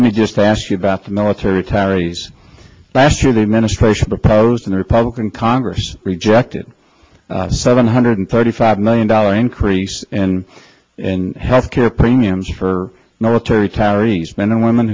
let me just ask you about the military retirees last year the administration proposed in the republican congress rejected a seven hundred thirty five million dollar increase in health care premiums for military teri's men and women